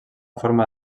forma